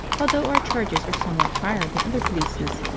although our charges are somewhat higher than other plyces.